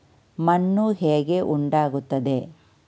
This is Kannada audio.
ಮಣ್ಣು ಹೇಗೆ ಉಂಟಾಗುತ್ತದೆ?